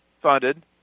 funded